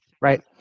right